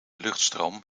luchtstroom